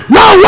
no